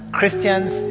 Christians